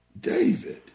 David